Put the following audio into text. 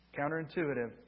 Counterintuitive